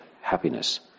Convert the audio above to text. happiness